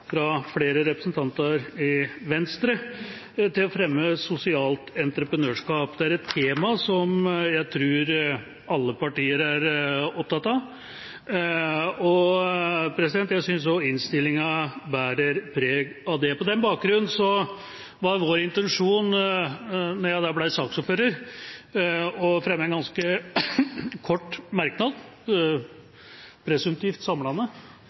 fra flere representanter fra Venstre for å fremme sosialt entreprenørskap. Dette er et tema jeg tror alle partier er opptatt av, og jeg synes også innstillinga bærer preg av det. På den bakgrunn var vår intensjon da jeg ble saksordfører, å fremme en ganske kort merknad – presumptivt samlende